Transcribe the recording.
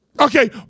Okay